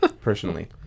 personally